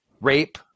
Rape